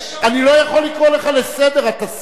אני לא יכול לקרוא לך לסדר, אתה שר.